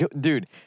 Dude